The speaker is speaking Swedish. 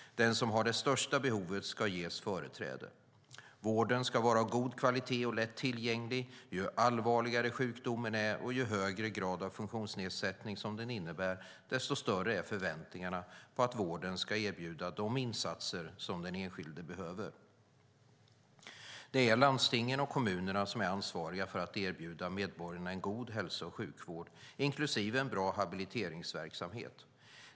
Den som har det största behovet ska ges företräde. Vården ska vara av god kvalitet och lätt tillgänglig. Ju allvarligare sjukdomen är och ju högre grad av funktionsnedsättning som den innebär, desto större är förväntningarna på att vården ska erbjuda de insatser som den enskilde behöver. Det är landstingen och kommunerna som är ansvariga för att erbjuda medborgarna en god hälso och sjukvård, inklusive en bra habiliteringsverksamhet.